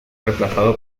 reemplazado